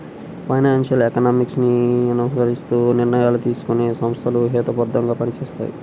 financial economics ని అనుసరిస్తూ నిర్ణయాలు తీసుకునే సంస్థలు హేతుబద్ధంగా పనిచేస్తాయి